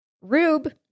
Rube